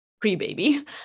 pre-baby